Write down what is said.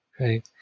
Okay